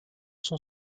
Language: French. son